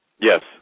Yes